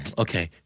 okay